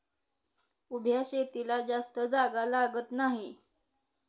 उभ्या शेतीला जास्त जागा लागत नाही